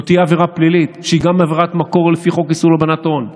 זאת תהיה עבירה פלילית שהיא גם עבירת מקור לפי חוק איסור הלבנת הון.